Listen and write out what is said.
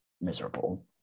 miserable